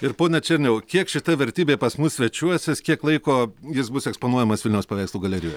ir pone černiau kiek šita vertybė pas mus svečiuosis kiek laiko jis bus eksponuojamas vilniaus paveikslų galerijoje